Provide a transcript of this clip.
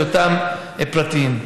בהיותם פרטיים.